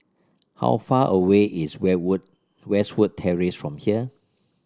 how far away is Westwood Terrace from here